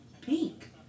pink